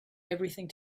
everything